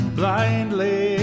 blindly